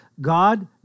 God